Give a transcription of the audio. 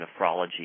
nephrology